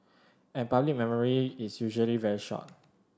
and public memory is usually very short